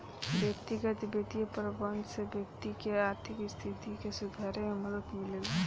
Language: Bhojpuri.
व्यक्तिगत बित्तीय प्रबंधन से व्यक्ति के आर्थिक स्थिति के सुधारे में मदद मिलेला